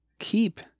keep